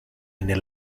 nel